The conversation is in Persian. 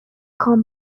خوام